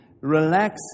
Relax